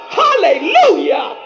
hallelujah